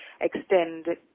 extend